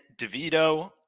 DeVito